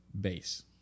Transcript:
base